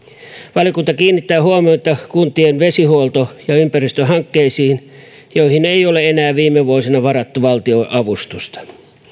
valiokunta kiinnittää huomiota kuntien vesihuolto ja ja ympäristöhankkeisiin joihin ei ole enää viime vuosina varattu valtionavustusta